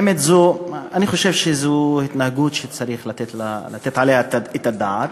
באמת אני חושב שזאת התנהגות שצריך לתת עליה את הדעת.